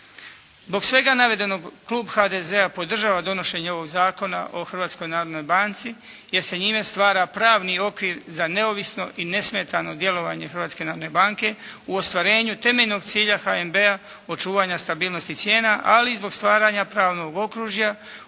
Zbog svega navedenog, klub HDZ-a podržava donošenje ovog Zakona o Hrvatskoj narodnoj banci, jer se njime stvara pravni okvir za neovisno i nesmetano djelovanje Hrvatske narodne banke u ostvarenju temeljnog cilja HNB-a očuvanja stabilnosti cijena, ali i zbog stvaranja pravnog okružja u kojem